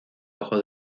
ojo